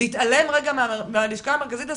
להתעלם רגע מהלשכה המרכזית לסטטיסטיקה,